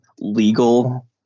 legal